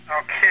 Okay